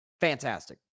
fantastic